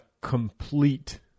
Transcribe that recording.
complete